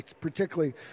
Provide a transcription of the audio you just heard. particularly